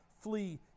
Flee